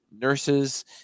nurses